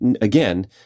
Again